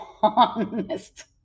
honest